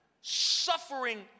suffering